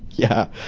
yeah!